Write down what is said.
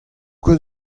ket